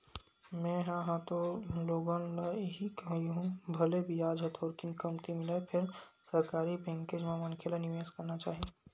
में हा ह तो लोगन ल इही कहिहूँ भले बियाज ह थोरकिन कमती मिलय फेर सरकारी बेंकेच म मनखे ल निवेस करना चाही